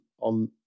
on